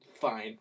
fine